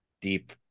deep